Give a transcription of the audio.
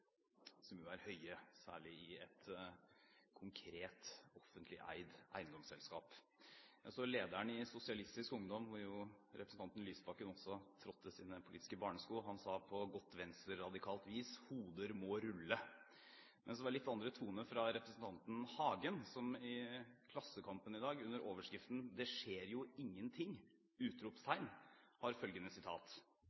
som jo er høye, særlig i et konkret offentlig eid eiendomsselskap. Jeg så at lederen i Sosialistisk Ungdom, hvor jo representanten Lysbakken trådte sine politiske barnesko, sa på godt venstreradikalt vis: Hoder må rulle. Det var litt andre toner fra representanten Aksel Hagen som i Klassekampen i dag under overskriften «Det skjer jo ingenting!»